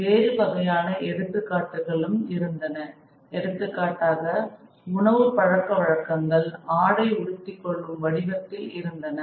வேறு வகையான எடுத்துக்காட்டுகளும் இருந்தன எடுத்துக்காட்டாக உணவு பழக்கவழக்கங்கள் ஆடை உடுத்திக் கொள்ளும் வடிவத்தில் இருந்தன